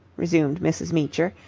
resumed mrs. meecher,